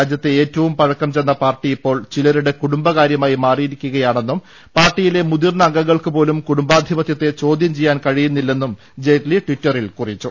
രാജ്യത്തെ ഏറ്റവും പഴക്കംചെന്ന പാർട്ടി ഇപ്പോൾ ചിലരുടെ കുടുംബകാരൃമായി മാറിയിരിക്കുകയാണെന്നും പാർട്ടിയിലെ മുതിർന്ന അംഗങ്ങൾക്ക് പോലും കുടുംബാധിപത്യത്തെ ചോദ്യം ചെയ്യാൻ കഴിയുന്നില്ലെന്നും ജെയ്റ്റലി ട്വിറ്ററിൽ കുറിച്ചു